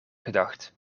gedacht